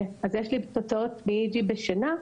יש לי תוצאות של EEG בשינה,